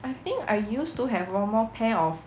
I think I used to have one more pair of